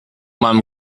meinem